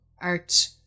art